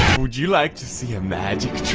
would you like to see a magic